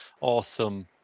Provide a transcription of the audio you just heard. awesome